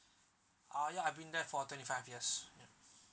ah ya I've been there for twenty five years ya